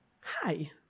Hi